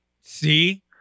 See